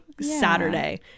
Saturday